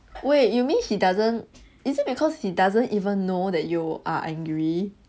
wait you mean he doesn't is it because he doesn't even know that you are angry